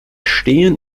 stehen